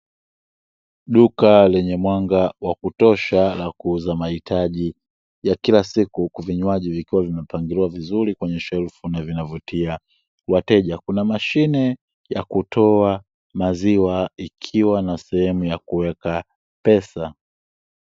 Duka lenye mwanga wa kutosha la kuuza mahitaji ya kila siku, huku vinywaji vikiwa vimepangiliwa vizuri kwenye shelfu na vinavutia wateja. Kuna mashine ya kutoa maziwa, ikiwa na sehemu ya kuweka pesa.